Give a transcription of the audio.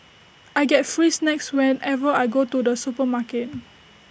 I get free snacks whenever I go to the supermarket